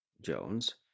Jones